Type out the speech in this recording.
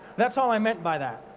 that's all i meant by that.